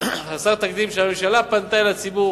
חסר תקדים, שהממשלה פנתה אל הציבור